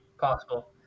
possible